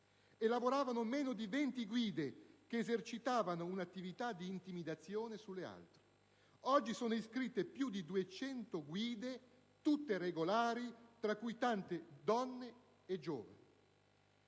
e lavoravano meno di 20 guide, che esercitavano un'attività di intimidazione sulle altre, mentre oggi sono iscritte più di 200 guide, tutte regolari, tra cui tante donne e giovani);